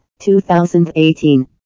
2018